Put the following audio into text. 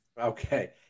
Okay